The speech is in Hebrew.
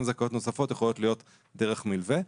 זכאויות נוספות יכולות להיות דרך מילווה.